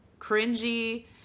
cringy